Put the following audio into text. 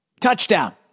touchdown